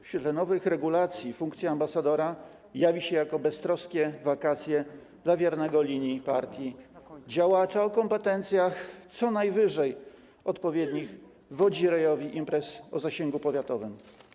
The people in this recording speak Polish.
W świetle nowych regulacji funkcja ambasadora jawi się jako beztroskie wakacje dla wiernego linii partii działacza o kompetencjach co najwyżej odpowiednich wodzirejowi imprez o zasięgu powiatowym.